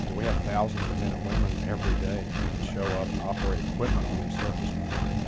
yeah we have thousands of men and women every day that show up and operate equipment on these surface mines,